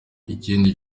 ikindi